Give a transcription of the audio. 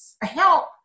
help